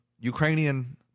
Ukrainian